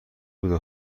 بوده